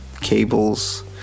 cables